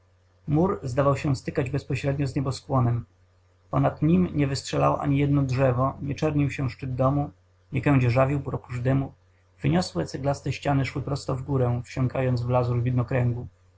mur zdawał się stykać bezpośrednio z nieboskłonem ponad nim nie wystrzelało ani jedno drzewo nie czernił się szczyt domu nie kędzierzawił pióropusz dymu wyniosłe ceglaste ściany szły prosto w górę wsiąkając w